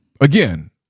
again